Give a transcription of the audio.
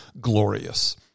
glorious